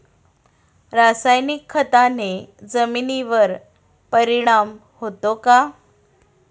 रासायनिक खताने जमिनीवर परिणाम होतो का?